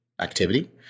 activity